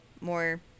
more